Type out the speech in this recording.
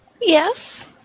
Yes